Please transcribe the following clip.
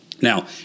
Now